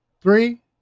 Three